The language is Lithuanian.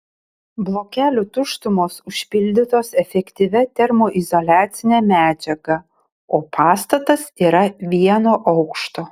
blokelių tuštumos užpildytos efektyvia termoizoliacine medžiaga o pastatas yra vieno aukšto